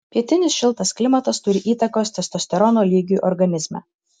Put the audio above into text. pietinis šiltas klimatas turi įtakos testosterono lygiui organizme